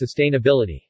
sustainability